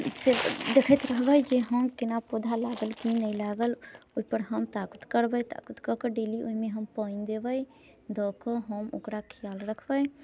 से देखैत रहबै जे हम केना पौधा लागल कि नहि लागल ओहि पर हम ताकुत करबै ताकुत कऽके डेली ओहिमे हम पानि देबै दऽकऽ हम ओकरा ख्याल रखबै